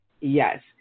yes